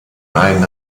ein